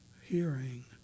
hearing